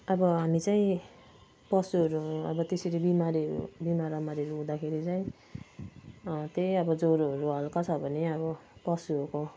अब हामी चाहिँ पशुहरू अब त्यसरी बिमारीहरू बिमारआमारहरू हुँदाखेरि चाहिँ त्यही अब ज्वरोहरू हल्का छ भने अब पशुहरूको